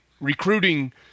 recruiting